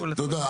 תודה.